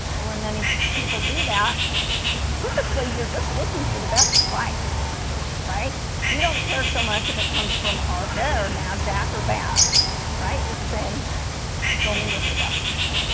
but when many people do that typically you're just looking for the best price right you don't care so much if it comes from our care or nasdaq or bats right you're just saying fill me with the best one